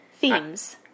Themes